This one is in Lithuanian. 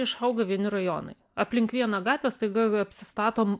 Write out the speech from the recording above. išauga vieni rajonai aplink vieną gatvę staiga apsistatom